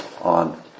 on